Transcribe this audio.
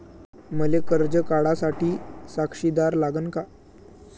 मले कर्ज काढा साठी साक्षीदार लागन का?